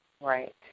Right